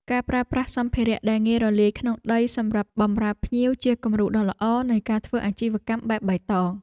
ការប្រើប្រាស់សម្ភារៈដែលងាយរលាយក្នុងដីសម្រាប់បម្រើភ្ញៀវជាគំរូដ៏ល្អនៃការធ្វើអាជីវកម្មបែបបៃតង។